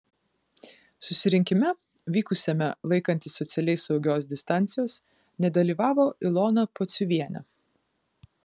susirinkime vykusiame laikantis socialiai saugios distancijos nedalyvavo ilona pociuvienė